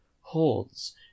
holds